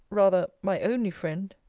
rather, my only friend!